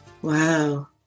Wow